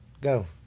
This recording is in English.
Go